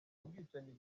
ubwicanyi